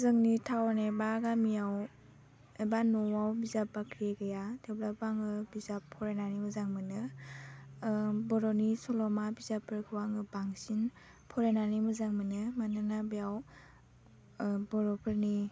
जोंनि टाउन एबा गामियाव एबा न'आव बिजाब बाख्रि गैया थेवब्लाबो आङो बिजाब फरायनानै मोजां मोनो बर'नि सल'मा बिजाबफोरखौ आङो बांसिन फरायनानै मोजां मोनो मानोना बेयाव बर'फोरनि